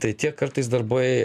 tai tie kartais darbai